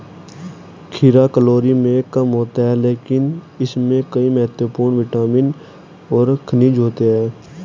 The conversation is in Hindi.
खीरा कैलोरी में कम होता है लेकिन इसमें कई महत्वपूर्ण विटामिन और खनिज होते हैं